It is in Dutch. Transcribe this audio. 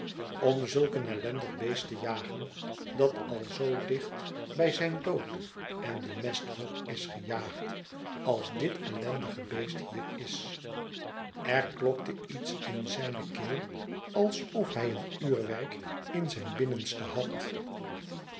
om zulk een ellendig beest te jagen dat al zoo dicht bij zijn dood en den mesthoop is gejaagd als dit ellendige beest hier is er klokte iets in zijne keel alsof hij een uurwerk in zijn binnenste had